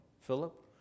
Philip